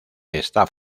está